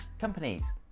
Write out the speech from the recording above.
companies